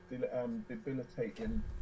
debilitating